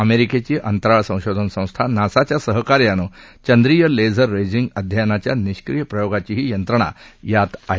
अमेरिकेची अंतराळ संशोधन संस्था नासाच्या सहकार्यानं चंद्रीय लेझर रेजिंग अध्ययनाच्या निष्क्रिय प्रयोगाचीही यंत्रणा यात आहे